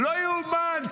לא ייאמן.